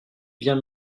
vient